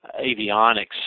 avionics